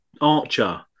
archer